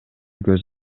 көз